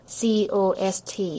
cost